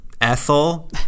Ethel